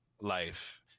life